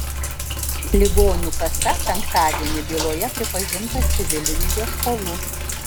ligonių kasa penktadienį byloje pripažinta civiliniu ieškovu